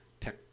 tech